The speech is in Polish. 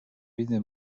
winy